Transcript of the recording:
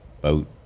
boat